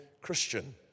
Christian